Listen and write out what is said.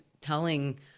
telling